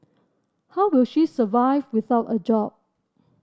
how will she survive without a job